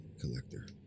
collector